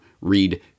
read